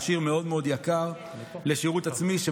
מכשיר מאוד מאוד יקר לשירות עצמי.